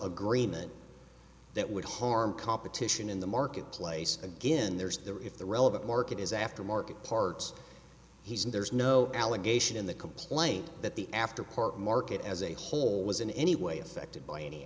agreement that would harm competition in the marketplace again there's the if the relevant market is aftermarket parts he said there's no allegation in the complaint that the after court market as a whole was in any way affected by any